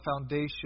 foundation